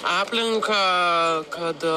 aplinką kad